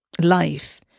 life